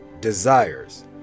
desires